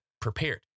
prepared